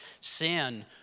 Sin